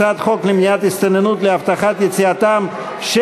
הצעת חוק למניעת הסתננות להבטחת יציאתם של